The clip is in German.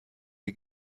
die